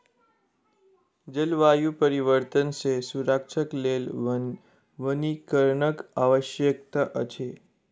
जलवायु परिवर्तन सॅ सुरक्षाक लेल वनीकरणक आवश्यकता अछि